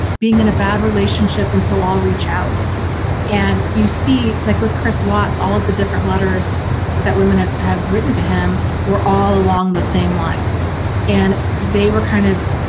being in a bad relationship and so i'll reach out and you see, like with chris watts all of the different letters that women have have written to him were all along the same lines and they were kind of.